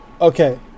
Okay